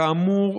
כאמור,